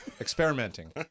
Experimenting